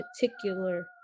particular